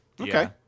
okay